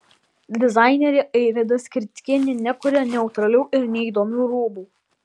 dizainerė airida skrickienė nekuria neutralių ir neįdomių rūbų